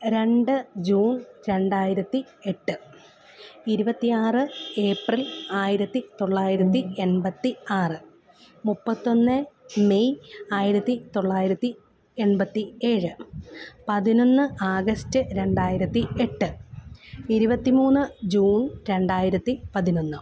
രണ്ട് ജൂൺ രണ്ടായിരത്തി എട്ട് ഇരുപത്തിയാറ് ഏപ്രിൽ ആയിരത്തി തൊള്ളായിരത്തി എൺപത്തി ആറ് മുപ്പത്തി ഒന്ന് മെയ് ആയിരത്തി തൊള്ളായിരത്തി എൺപത്തി ഏഴ് പതിനൊന്ന് ആഗസ്റ്റ് രണ്ടായിരത്തി എട്ട് ഇരുപത്തി മൂന്ന് ജൂൺ രണ്ടായിരത്തി പതിനൊന്ന്